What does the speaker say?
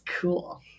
cool